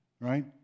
right